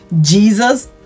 Jesus